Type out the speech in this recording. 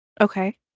Okay